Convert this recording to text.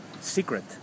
secret